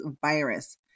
virus